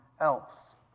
else